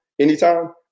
Anytime